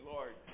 Lord